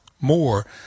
more